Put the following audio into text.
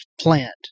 plant